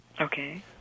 Okay